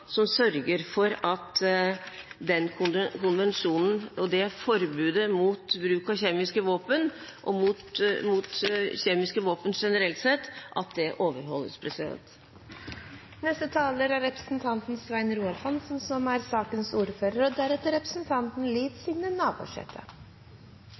som sørger for at denne konvensjonen og dette forbudet mot bruk av kjemiske våpen – og mot kjemiske våpen generelt sett – overholdes. Jeg synes denne debatten viser at